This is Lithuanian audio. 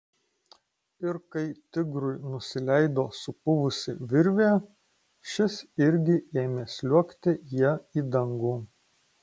ir kai tigrui nusileido supuvusi virvė šis irgi ėmė sliuogti ja į dangų